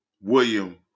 William